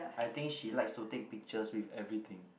I think she likes to take pictures with everything